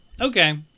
Okay